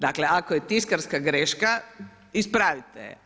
Dakle, ako je tiskarska greška, ispravite je.